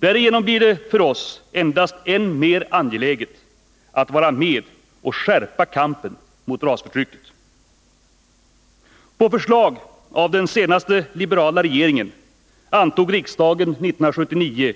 Därigenom blir det för oss endast än mer angeläget att vara med och skärpa kampen mot rasförtrycket. På förslag av den senaste liberala regeringen antog riksdagen 1979